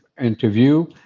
interview